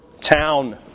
town